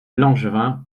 langevin